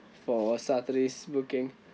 for saturday's booking